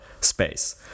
space